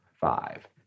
five